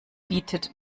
bietet